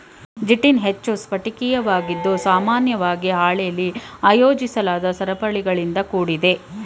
chitin ಹೆಚ್ಚು ಸ್ಫಟಿಕೀಯವಾಗಿದ್ದು ಸಾಮಾನ್ಯವಾಗಿ ಹಾಳೆಲಿ ಆಯೋಜಿಸಲಾದ ಸರಪಳಿಗಳಿಂದ ಕೂಡಿದೆ